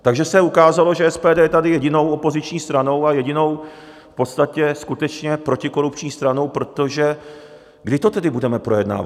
Takže se ukázalo, že SPD je tady jedinou opoziční stranou a jedinou v podstatě skutečně protikorupční stranou, protože kdy to tedy budeme projednávat?